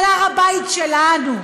על הר הבית שלנו,